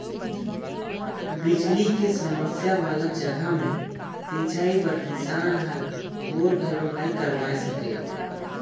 बिजली के समस्या वाला जघा मे सिंचई बर किसान हर बोर घलो नइ करवाये सके